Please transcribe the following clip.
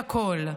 בכול.